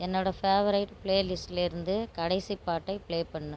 என்னோட பேவரைட் பிளேலிஸ்ட்டில் இருந்து கடைசி பாட்டை பிளே பண்ணு